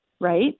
Right